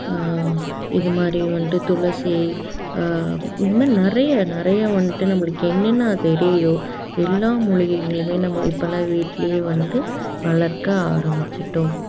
இது மாதிரி வந்துட்டு துளசி இந்த மாதிரி நிறைய நிறைய வந்துட்டு நம்மளுக்கு என்னென்ன தெரியுதோ எல்லா மூலிகைங்களையுமே நம்ம இப்பெல்லாம் வீட்டிலையே வந்துட்டு வளர்க்க ஆரம்பிச்சிட்டோம்